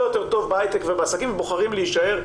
יותר טוב בהייטק ובעסקים ובוחרים להישאר.